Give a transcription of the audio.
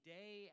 day